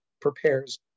prepares